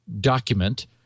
document